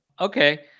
Okay